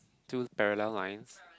two parallel lines